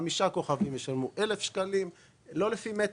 חמישה כוכבים ישלמו 1,000 ₪ וכן הלאה; לא לפי מטרים.